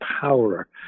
power